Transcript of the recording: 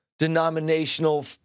denominational